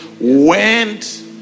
went